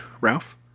Ralph